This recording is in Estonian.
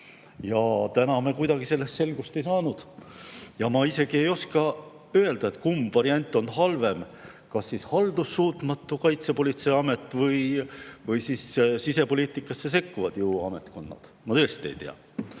me selles kuidagi selgust ei saanud. Ma isegi ei oska öelda, kumb variant on halvem, kas haldussuutmatu Kaitsepolitseiamet või sisepoliitikasse sekkuvad jõuametkonnad. Ma tõesti ei tea.